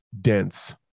dense